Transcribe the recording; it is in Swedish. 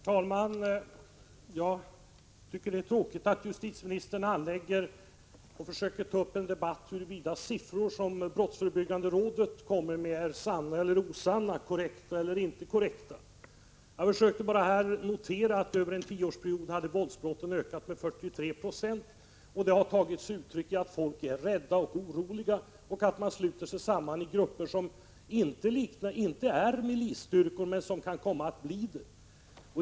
Herr talman! Jag tycker det är tråkigt att justitieministern försöker ta upp en debatt om huruvida siffror som brottsförebyggande rådet kommer med är sanna eller osanna, korrekta eller inte korrekta. Jag försökte här bara notera att våldsbrotten över en tioårsperiod ökat med 43 96, att det har tagit sig uttryck i att människor är rädda och oroliga och sluter sig samman i grupper som inte är milisstyrkor men kan komma att bli det.